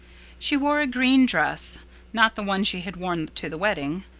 she wore a green dress not the one she had worn to the wedding,